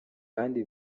kandi